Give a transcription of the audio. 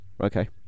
Okay